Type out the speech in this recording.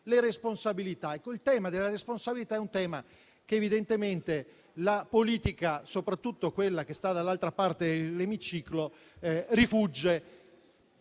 le responsabilità. Quello della responsabilità è un tema da cui evidentemente la politica, soprattutto quella che sta dall'altra parte dell'Emiciclo, rifugge.